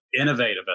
innovative